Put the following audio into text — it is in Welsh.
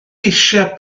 eisiau